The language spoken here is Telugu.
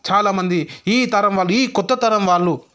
చాలామంది ఈ తరం వాళ్ళు ఈ కొత్త తరం వాళ్ళు